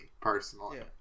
personally